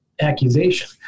accusation